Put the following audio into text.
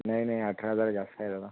नाही नाही अठरा हजार जास्त आहे जरा